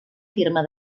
firma